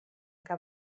que